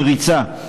בריצה,